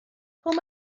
pull